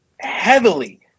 heavily